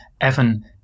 Evan